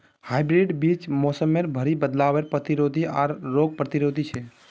hybrid बीज मोसमेर भरी बदलावर प्रतिरोधी आर रोग प्रतिरोधी छे